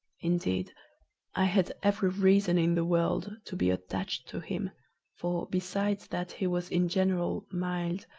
indeed i had every reason in the world to be attached to him for, besides that he was in general mild,